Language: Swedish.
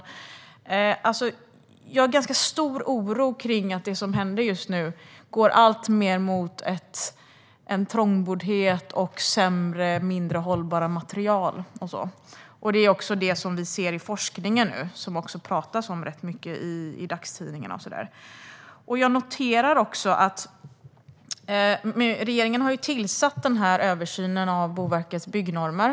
Jag har en ganska stor oro kring att det just nu går alltmer mot trångboddhet och sämre och mindre hållbara material. Det är också det som vi ser i forskningen nu, och som det också skrivs mycket om i dagstidningarna. Regeringen har ju beslutat om en översyn av Boverkets byggnormer.